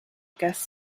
guest